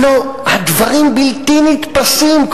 הלוא הדברים בלתי נתפסים.